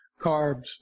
carbs